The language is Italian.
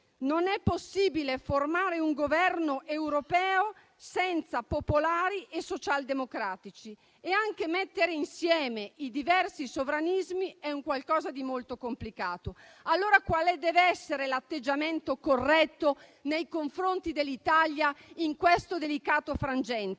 non è possibile formare un Governo europeo senza popolari e socialdemocratici. Anche mettere insieme i diversi sovranismi è un qualcosa di molto complicato. Allora quale deve essere l'atteggiamento corretto nei confronti dell'Italia in questo delicato frangente?